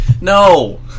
No